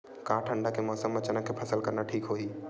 का ठंडा के मौसम म चना के फसल करना ठीक होही?